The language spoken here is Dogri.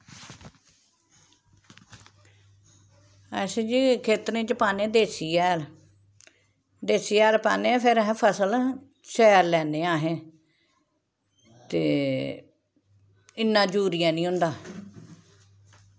अस जी खेत्तरें च पान्ने देसी हैल देसी हैल पान्ने फिर असें फसल शैल लैन्ने आं अहें ते इन्ना यूरिया नी होंदा